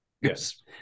Yes